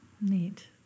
Neat